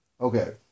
okay